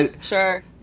Sure